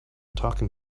talking